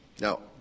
no